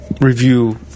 review